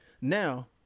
Now